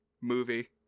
movie